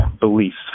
beliefs